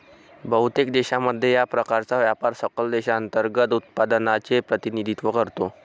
बहुतेक देशांमध्ये, या प्रकारचा व्यापार सकल देशांतर्गत उत्पादनाचे प्रतिनिधित्व करतो